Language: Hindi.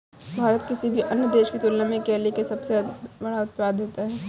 भारत किसी भी अन्य देश की तुलना में केले का सबसे बड़ा उत्पादक है